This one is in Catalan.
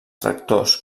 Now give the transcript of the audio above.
tractors